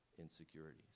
insecurities